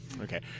Okay